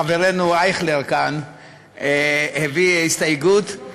חברנו אייכלר כאן הביא הסתייגות.